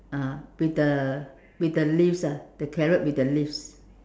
(uh huh) with the with the leaves the carrot with the leaves